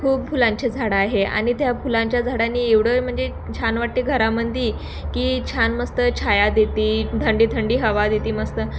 खूप फुलांचे झाडं आहे आनि त्या फुलांच्या झाडांनी एवढं म्हणजे छान वाटते घरामध्ये की छान मस्त छाया देते थंडी थंडी हवा देते मस्त